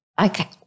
Okay